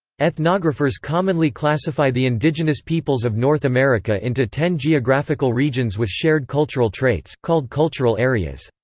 ethnographers commonly classify the indigenous peoples of north america into ten geographical regions with shared cultural traits, called cultural areas.